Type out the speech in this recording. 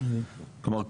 כלומר,